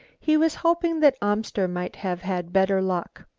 he was hoping that amster might have had better luck.